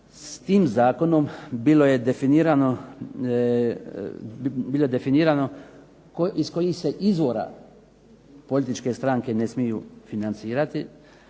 s tim zakonom bilo je definirano iz kojih se izvora političke stranke ne smiju financirati,